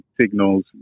signals